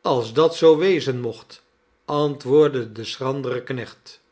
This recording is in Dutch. als dat zoo wezen mocht antwoordde de schrandere knecht